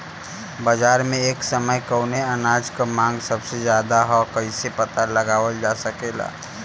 बाजार में एक समय कवने अनाज क मांग सबसे ज्यादा ह कइसे पता लगावल जा सकेला?